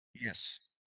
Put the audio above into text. yes